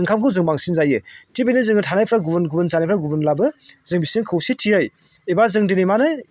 ओंखामखौ जों बांसिन जायो थिग बिदिनो जोङो थानायफ्रा गुबुन गुबुन जानायफ्रा गुबुनब्लाबो जों बिसोरजों खौसेथियै एबा जों दिनै माने